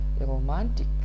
romantic